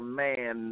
man